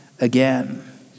again